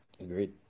Agreed